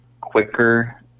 quicker